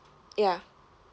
ya